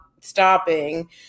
stopping